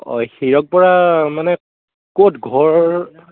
অঁ হীৰক বৰা মানে ক'ত ঘৰ